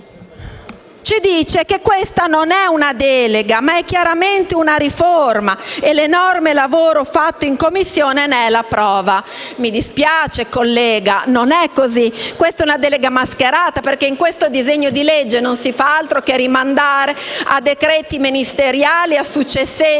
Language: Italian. ha detto che questa non è una delega, ma è chiaramente una riforma e che l’enorme lavoro fatto in Commissione ne é la prova. Collega, mi dispiace, ma non è così. Questa è una delega mascherata, perché in questo disegno di legge non si fa altro che rimandare a decreti ministeriali e a successivi